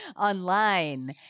online